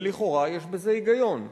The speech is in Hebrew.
ולכאורה יש בזה היגיון.